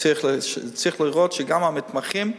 וצריך לראות שגם המתמחים,